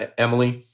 ah emily,